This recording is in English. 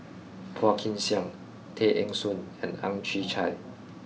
Phua Kin Siang Tay Eng Soon and Ang Chwee Chai